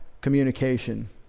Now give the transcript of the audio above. communication